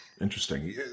Interesting